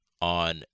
on